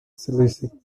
selassie